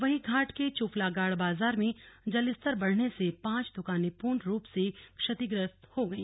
वहीं घाट के चुफलागाड़ बाजार में जलस्तर बढ़ने से पांच द्काने पूर्ण रूप से क्षतिग्रस्त हो गई